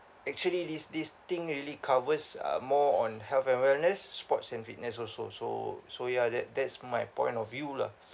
actually this this thing really covers uh more on health and wellness sports and fitness also so so ya that that's my point of view lah